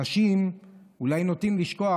אנשים אולי נוטים לשכוח,